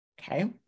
okay